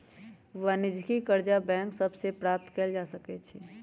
वाणिज्यिक करजा बैंक सभ से प्राप्त कएल जा सकै छइ